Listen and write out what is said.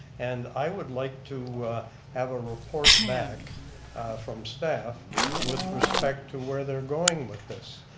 and i would like to have a report back from staff with respect to where they're going with this.